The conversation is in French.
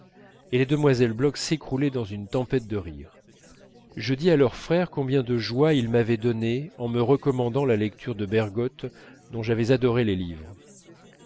et les demoiselles bloch s'écroulaient dans une tempête de rires je dis à leur frère combien de joies il m'avait données en me recommandant la lecture de bergotte dont j'avais adoré les livres